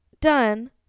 done